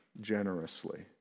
generously